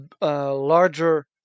Larger